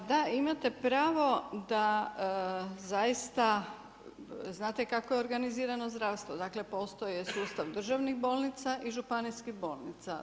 Pa da, imate pravo da zaista, znate kako je organizirano zdravstvo, dakle postoji sustav državnih bolnica i županijskih bolnica.